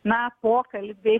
na pokalbiai